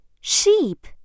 Sheep